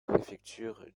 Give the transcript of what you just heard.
préfecture